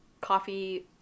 coffee